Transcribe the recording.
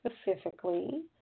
specifically